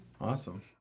Awesome